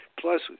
Plus